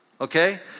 okay